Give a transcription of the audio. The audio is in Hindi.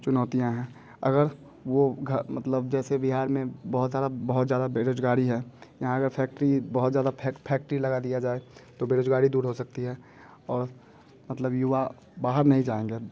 चुनौतियाँ हैं अगर वो मतलब जैसे बिहार में बहुत ज़्यादा बहुत ज़्यादा बेरोजगारी है यहांँ का फैक्ट्री बहुत ज़्यादा फैक्ट्री लगा दिया जाए तो बेरोजगारी दूर हो सकती है और मतलब युवा बाहर नहीं जाएंँगे